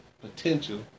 potential